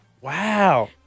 Wow